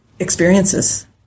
experiences